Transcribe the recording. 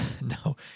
no